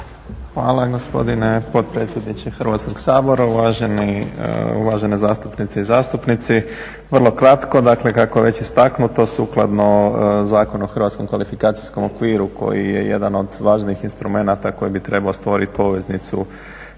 Hvala gospodine potpredsjedniče Hrvatskoga sabora, uvažene zastupnice i zastupnici. Vrlo kratko, dakle kako je već istaknuto sukladno Zakonu o hrvatskom kvalifikacijskom okviru koji je jedan od važnijih instrumenata koji bi trebao stvoriti poveznicu